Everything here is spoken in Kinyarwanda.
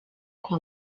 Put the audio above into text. kwa